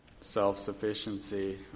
self-sufficiency